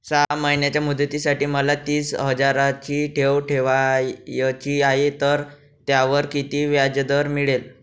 सहा महिन्यांच्या मुदतीसाठी मला तीस हजाराची ठेव ठेवायची आहे, तर त्यावर किती व्याजदर मिळेल?